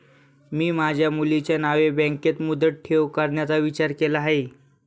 मी माझ्या मुलीच्या नावे बँकेत मुदत ठेव करण्याचा विचार केला आहे